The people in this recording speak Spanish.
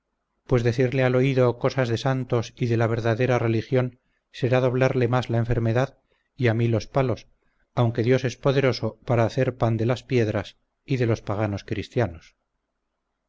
pues decirle al oído cosas de santos y de la verdadera religión será doblarle más la enfermedad y a mi los palos aunque dios es poderoso para hacer pan de las piedras y de los paganos cristianos